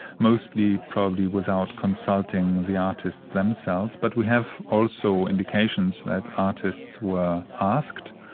mostly probably without consulting the artists themselves. but we have also indications that artists were asked,